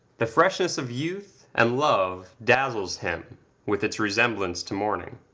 the freshness of youth and love dazzles him with its resemblance to morning.